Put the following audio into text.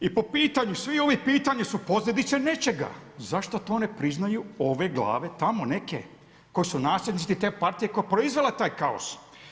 I po pitanju sva ova pitanja su posljedice nečega, zašto to ne priznaju ove glave tamo neke koji su nasljednici te partije koja je proizvela taj kaos?